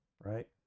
right